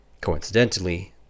Coincidentally